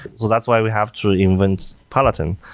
so that's why we have to invent peloton.